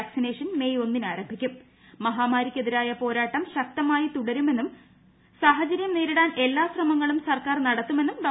vaccination മെയ് മഹാമാരിക്കെതിരായ പോരാട്ടം ശക്തമായി തുടരുമെന്നും സാഹചര്യം നേരിടാൻ എല്ലാ ശ്രമങ്ങളും സർക്കാർ നടത്തുമെന്നും ഡോ